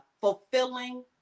fulfilling